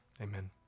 Amen